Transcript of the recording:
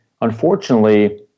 unfortunately